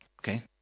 Okay